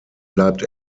bleibt